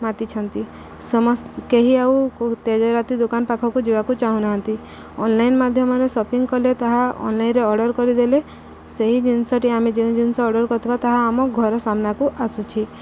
ମାତିଛନ୍ତି ସମସ୍ତ କେହି ଆଉ ତେଜରାତି ଦୋକାନ ପାଖକୁ ଯିବାକୁ ଚାହୁନାହାନ୍ତି ଅନ୍ଲାଇନ୍ ମାଧ୍ୟମରେ ସପିଙ୍ଗ କଲେ ତାହା ଅନ୍ଲାଇନ୍ରେ ଅର୍ଡ଼ର୍ କରିଦେଲେ ସେହି ଜିନିଷଟି ଆମେ ଯେଉଁ ଜିନିଷ ଅର୍ଡ଼ର୍ କରିଥିବା ତାହା ଆମ ଘର ସାମ୍ନାକୁ ଆସୁଛି